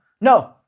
no